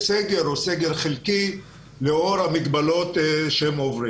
בסגר או סגר חלקי לאור המגבלות המוטלות עליהן.